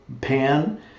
pan